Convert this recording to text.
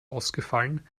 ausgefallen